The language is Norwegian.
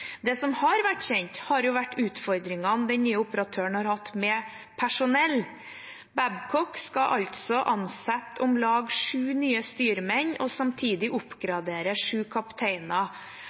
Det som har vært kjent, har vært utfordringene den nye operatøren har hatt med personell. Babcock skal altså ansette om lag sju nye styrmenn og samtidig oppgradere sju kapteiner.